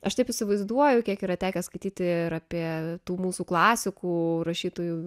aš taip įsivaizduoju kiek yra tekę skaityti ir apie tų mūsų klasikų rašytojų